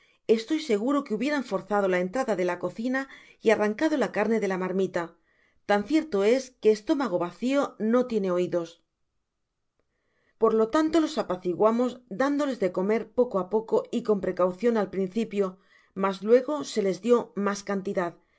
estoy seguro que hubieran forzado la entrada de a cocina y arrancado la carne de la marmita tan cierto es que estómago vacio no tiene oidos por lo tanto los apaciguamos dándolos de comer poco á poco y con precaucion al principio mas luego se les dió mas cantidad en